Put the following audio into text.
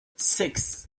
six